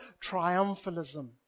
triumphalism